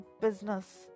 business